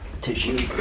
tissue